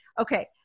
Okay